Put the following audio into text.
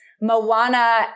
Moana